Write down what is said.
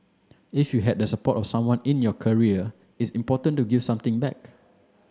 if you had the support of someone in your career it's important to give something back